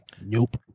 nope